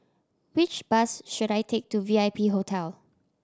which bus should I take to V I P Hotel